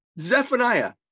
Zephaniah